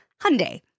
Hyundai